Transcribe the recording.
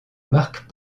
marquent